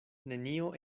nenio